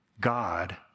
God